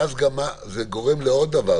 ואז זה גורם לעוד דבר,